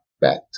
back